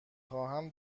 خواهم